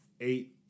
eight